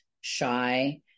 shy